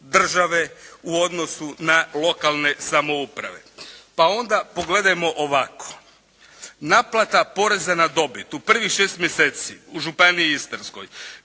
države, u odnosu na lokalne samouprave pa onda pogledajmo ovako. Naplata poreza na dobit u prvih 6 mjeseci u županiji Istarskoj